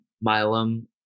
Milam